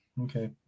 Okay